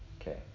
Okay